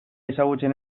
ezagutzen